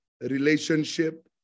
relationship